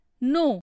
No